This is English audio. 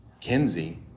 Kenzie